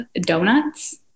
donuts